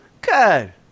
Good